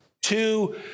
two